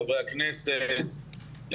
חברי הכנסת,